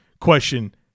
question